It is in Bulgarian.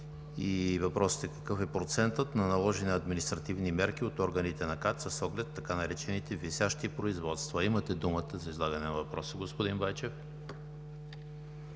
Въпросът е: какъв е процентът на наложени административни мерки от органите на КАТ с оглед така наречените „висящи производства“? Имате думата за излагане на въпроса, господин Байчев.